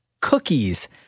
cookies